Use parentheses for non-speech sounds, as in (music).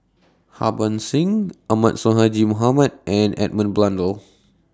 Harbans Singh Ahmad Sonhadji Mohamad and Edmund Blundell (noise)